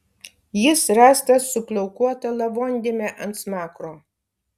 jis rastas su plaukuota lavondėme ant smakro